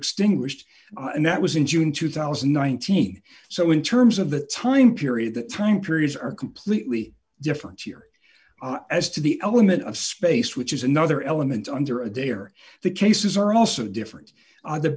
extinguished and that was in june two thousand and nineteen so in terms of the time period the time periods are completely different here as to the element of space which is another element under a day or the cases are also different on the